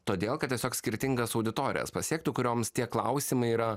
todėl kad tiesiog skirtingas auditorijas pasiektų kurioms tie klausimai yra